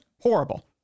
Horrible